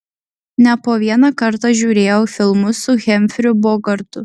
ne po vieną kartą žiūrėjau filmus su hemfriu bogartu